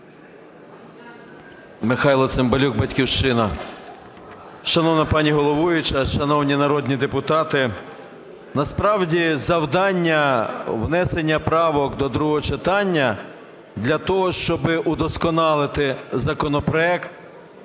Михайло Цимбалюк, "Батьківщина". Шановна пані головуюча, шановні народні депутати. Насправді завдання внесення правок до другого читання для того, щоб удосконалити законопроект.